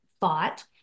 thought